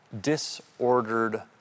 disordered